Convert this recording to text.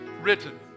written